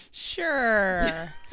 sure